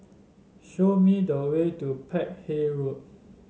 show me the way to Peck Hay Road